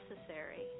necessary